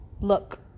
look